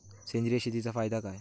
सेंद्रिय शेतीचा फायदा काय?